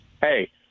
Hey